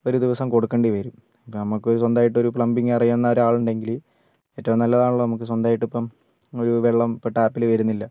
ഒരു ദിവസം കൊടുക്കേണ്ടി വരും അപ്പോൾ നമ്മൾക്ക് ഒരു സ്വന്തമായിട്ടൊരു പ്ലംബിംഗ് അറിയാവുന്ന ഒരാളുണ്ടെങ്കിൽ ഏറ്റവും നല്ലതാണല്ലോ നമുക്ക് സ്വന്തമായിട്ട് ഇപ്പം ഒരു വെള്ളം ഇപ്പോൾ ടാപ്പിൽ വരുന്നില്ല